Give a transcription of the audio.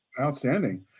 outstanding